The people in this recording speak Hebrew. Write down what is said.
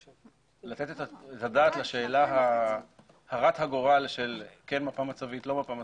לתת את הדעת לשאלה הרת הגורל של כן מפה מצבית או לא,